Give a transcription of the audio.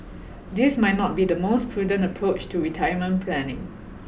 this might not be the most prudent approach to retirement planning